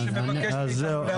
מי שמבקש מאתנו לאשר,